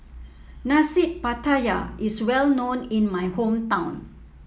Nasi Pattaya is well known in my hometown